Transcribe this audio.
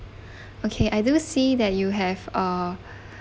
okay I do see that you have a